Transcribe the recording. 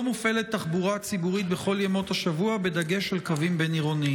תחבורה ציבורית בכל ימות השבוע בזמן המצב המיוחד בעורף.